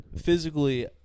physically